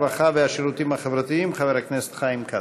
הרווחה והשירותים החברתיים חבר הכנסת חיים כץ.